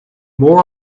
more